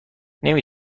نمی